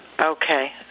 Okay